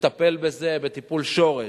לטפל בזה בטיפול שורש,